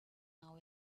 now